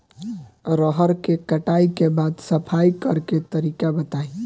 रहर के कटाई के बाद सफाई करेके तरीका बताइ?